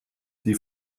die